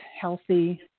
healthy